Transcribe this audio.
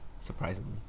surprisingly